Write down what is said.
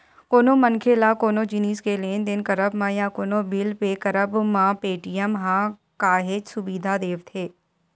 कोनो मनखे ल कोनो जिनिस के लेन देन करब म या कोनो बिल पे करब म पेटीएम ह काहेच सुबिधा देवथे